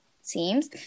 seems